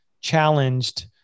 challenged